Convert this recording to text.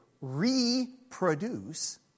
reproduce